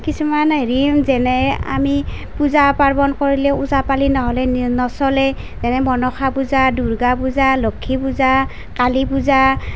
কিছুমান হেৰি যেনে আমি পূজা পাৰ্বণ কৰিলেও ওজা পালি নহ'লে নচলে যেনে মনসা পূজা দুৰ্গা পূজা লক্ষী পূজা কালি পূজা